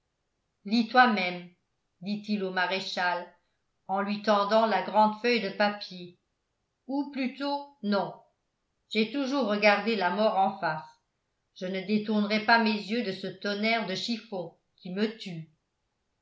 lis toi-même dit-il au maréchal en lui tendant la grande feuille de papier ou plutôt non j'ai toujours regardé la mort en face je ne détournerai pas mes yeux de ce tonnerre de chiffon qui me tue